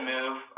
Move